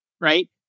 right